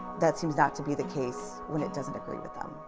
that seems not to be the case when it doesn't agree with them.